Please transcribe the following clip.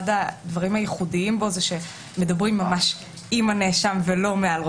אחד הדברים הייחודים בו זה שמדברים ממש עם הנאשם ולא מעל ראשו.